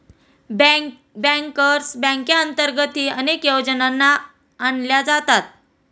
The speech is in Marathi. बँकर्स बँकेअंतर्गतही अनेक योजना आणल्या जातात